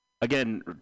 Again